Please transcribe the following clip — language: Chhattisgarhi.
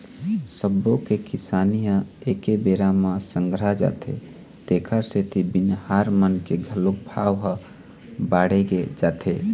सब्बो के किसानी ह एके बेरा म संघरा जाथे तेखर सेती बनिहार मन के घलोक भाव ह बाड़गे जाथे